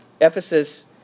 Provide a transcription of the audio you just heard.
Ephesus